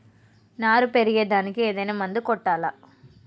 నారు పెరిగే దానికి ఏదైనా మందు కొట్టాలా?